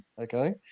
Okay